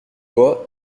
vois